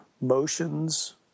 motions